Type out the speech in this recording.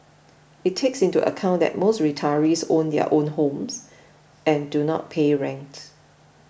it takes into account that most retirees own their own homes and do not pay rents